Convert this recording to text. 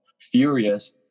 Furious